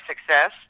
success